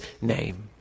name